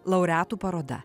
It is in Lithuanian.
laureatų paroda